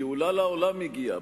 גאולה לעולם הגיעה.